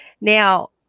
Now